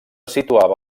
situava